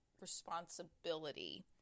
responsibility